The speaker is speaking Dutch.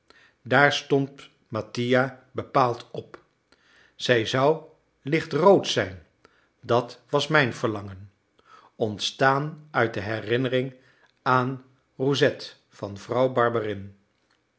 daar stond mattia bepaald op zij zou lichtrood zijn dat was mijn verlangen ontstaan uit de herinnering aan roussette van vrouw